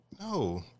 no